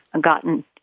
gotten